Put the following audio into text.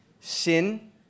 Sin